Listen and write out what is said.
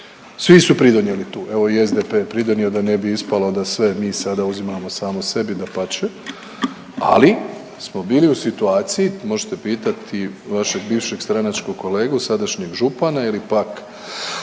Svi su pridonijeli tu. Evo i SDP je pridonio, da ne bi ispalo da sve mi sada uzimamo samo sebi dapače, ali smo bili u situaciji, možete pitati vašeg bivšeg stranačkog kolegu, sadašnjeg župana ili pak